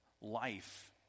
life